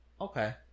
Okay